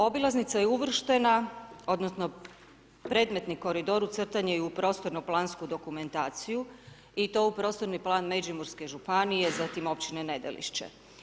Obilaznica je uvrštena odnosno predmetni koridor ucrtan je i u prostorno-plansku dokumentaciju i to u prostorni plan Međimurske županije, zatim općine Nedelišće.